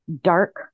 dark